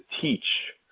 teach